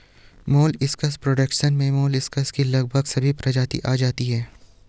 molluscs production में molluscs की लगभग सभी प्रजातियां आ जाती हैं